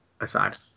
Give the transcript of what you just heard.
aside